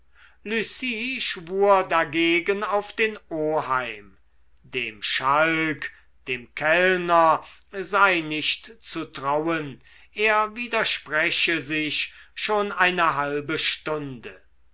dagegen auf den oheim dem schalk dem kellner sei nicht zu trauen er widerspreche sich schon eine halbe stunde